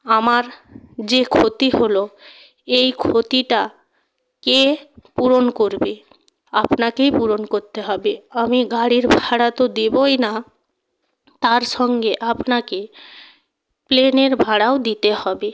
আমার যে ক্ষতি হলো এই ক্ষতিটা কে পূরণ করবে আপনাকেই পূরণ করতে হবে আমি গাড়ির ভাড়া তো দেবোই না তার সঙ্গে আপনাকে প্লেনের ভাড়াও দিতে হবে